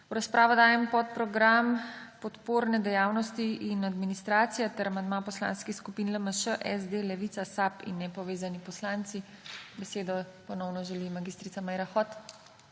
V razpravo dajem podprogram Podporne dejavnosti in administracija ter amandma poslanski skupini LMŠ, SD, Levica, SAB in nepovezani poslanci. Besedo ponovno želi mag. Meria Hot.